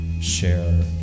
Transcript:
share